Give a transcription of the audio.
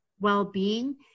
well-being